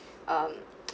um